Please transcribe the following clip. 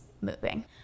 moving